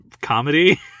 Comedy